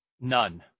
None